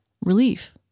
relief